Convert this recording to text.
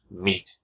Meat